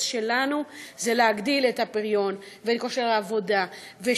שלנו הוא להגדיל את הפריון ואת כושר העבודה והבטחת עבודה,